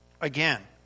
Again